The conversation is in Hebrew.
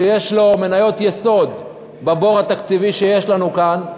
שיש לו מניות יסוד בבור התקציבי שיש לנו כאן,